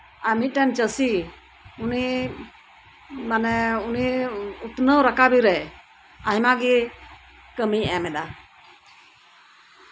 ᱟᱨ ᱢᱤᱫᱴᱟᱝ ᱪᱟᱹᱥᱤ ᱩᱱᱤ ᱢᱟᱱᱮ ᱩᱱᱤ ᱩᱛᱱᱟᱹᱣ ᱨᱟᱠᱟᱵᱮᱨᱮ ᱟᱭᱢᱟ ᱜᱮ ᱠᱟᱹᱢᱤᱭ ᱮᱢᱮᱫᱟ